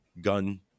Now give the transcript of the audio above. gun